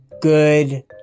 good